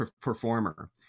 performer